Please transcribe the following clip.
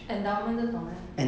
endowment 这种 leh